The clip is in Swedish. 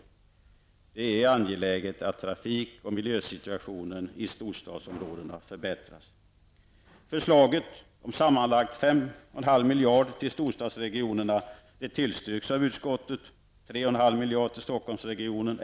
Det är angeläget att trafik och miljösituationen i storstadsområdena förbättras. Malmöregionen.